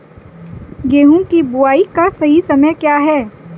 गेहूँ की बुआई का सही समय क्या है?